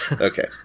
Okay